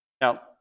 Now